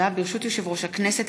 ברשות יושב-ראש הכנסת,